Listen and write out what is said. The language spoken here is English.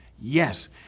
yes